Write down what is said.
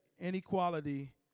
inequality